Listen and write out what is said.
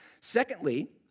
Secondly